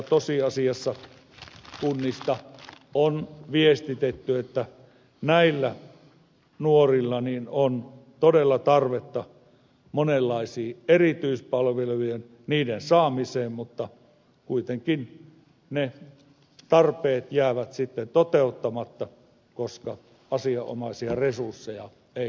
tosiasiassa kunnista on viestitetty että näillä nuorilla on todella tarvetta monenlaisten erityispalveluiden saamiseen mutta kuitenkin ne tarpeet jäävät sitten toteuttamatta koska asianomaisia resursseja ei ole